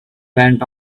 went